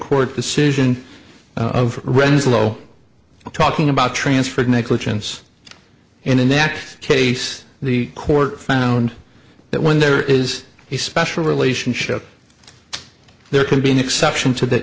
court decision of ren's low talking about transfer of negligence and in that case the court found that when there is a special relationship there can be an exception to th